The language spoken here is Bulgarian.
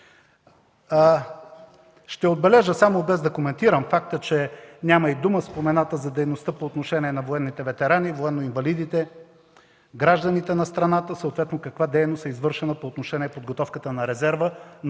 Ще отбележа само без да коментирам факта, че няма и дума спомената за дейността по отношение на военните ветерани, военноинвалидите, гражданите на страната, съответно каква дейност е извършена по отношение подготовката на резерва.